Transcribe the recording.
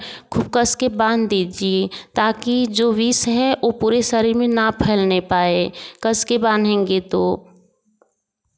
खूब कस कर बाँध दीजिए ताकि जो विष है ओ पूरे शरीर में न फैलने पाए कस कर बांधेंगे तो